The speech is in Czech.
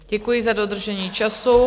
Děkuji za dodržení času.